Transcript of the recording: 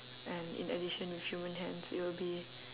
and in addition with human hands it would be